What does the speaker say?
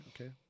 okay